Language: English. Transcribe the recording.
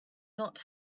not